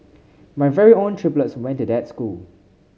my very own triplets went to that school